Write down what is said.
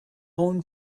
own